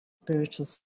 spiritual